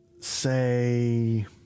say